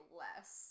less